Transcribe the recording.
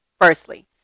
Firstly